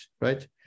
right